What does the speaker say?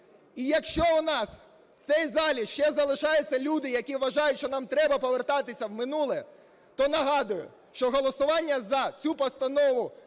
І якщо у нас у цій залі ще залишаються люди, які вважають, що нам треба повертатися в минуле, то нагадую, що голосування за цю постанову